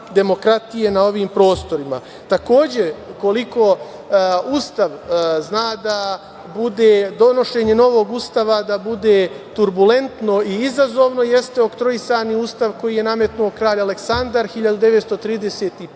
demokratije na ovim prostorima. Takođe, koliko donošenje novog Ustava zna da bude turbulentno i izazovno, jeste Oktroisani ustav, koji je nametnuo kralj Aleksandar 1931.